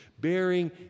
bearing